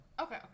Okay